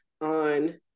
on